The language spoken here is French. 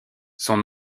son